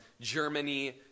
Germany